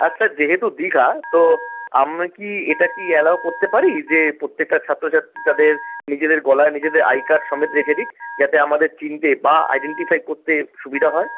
আচ্ছা যেহেতু দীঘা তো আমরা কি এটা কি অ্যালাও করতে পারি যে প্রত্যেকটা ছাত্রছাত্রী তাদের নিজেদের গলায় নিজেদের আই কার্ড সমেত রেখে দিক যাতে আমাদের চিনতে বা আইডেন্টিফাই করতে সুবিধা হয়